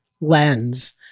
lens